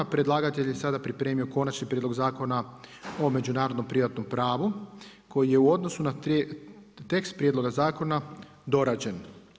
Predlagatelj je sada pripremio Konačni prijedlog zakona o međunarodnom privatnom pravu koji je u odnosu na tekst prijedloga zakona dorađen.